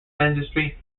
dentistry